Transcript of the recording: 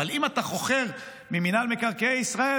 אבל אם אתה חוכר ממינהל מקרקעי ישראל,